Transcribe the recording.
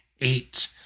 Eight